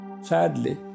Sadly